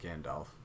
Gandalf